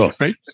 right